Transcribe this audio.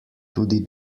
tudi